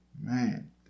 man